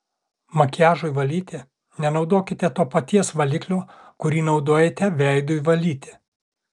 makiažui valyti nenaudokite to paties valiklio kurį naudojate veidui valyti